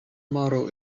motto